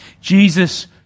Jesus